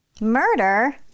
Murder